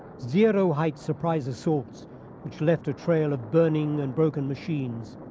zero height surprise assaults which left a trail of burning and broken machines,